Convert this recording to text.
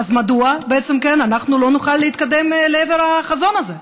אז מדוע בעצם אנחנו לא נוכל להתקדם לעבר החזון הזה,